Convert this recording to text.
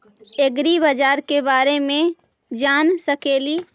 ऐग्रिबाजार के बारे मे जान सकेली?